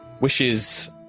Wishes